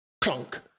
Clunk